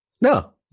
No